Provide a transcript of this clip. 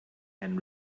and